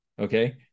okay